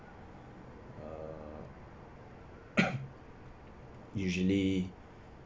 usually